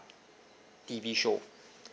T_V show